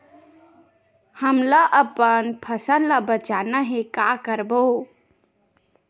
हमन ला अपन फसल ला बचाना हे का करबो?